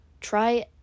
Try